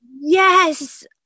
yes